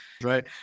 Right